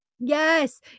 yes